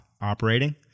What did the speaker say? operating